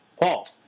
paul